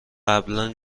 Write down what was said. قبلا